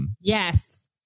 Yes